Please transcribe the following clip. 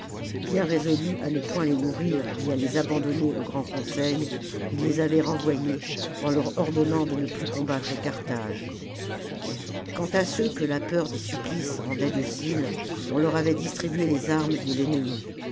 bien résolu à ne point les nourrir ni à les abandonner au grand conseil il les avait renvoyés en leur ordonnant de ne plus combattre carthage quant à ceux que la peur des supplices rendait dociles on leur avait distribué les armes de l'ennemi